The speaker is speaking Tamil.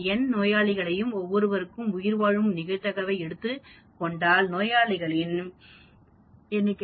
நான் n நோயாளிகளையும் ஒவ்வொருவருக்கும் உயிர்வாழும் நிகழ்தகவுகளையும் எடுத்துக் கொண்டால்நோயாளியின் 0